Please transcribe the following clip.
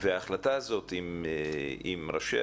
וההחלטה הזאת עם ראשי